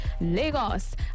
lagos